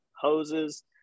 hoses